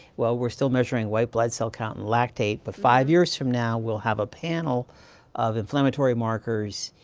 well we're still measuring white blood cell count and lactate. but five years from now, we'll have a panel of inflammatory markers.